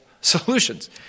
solutions